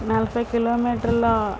నలభై కిలోమీటర్లా